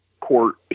court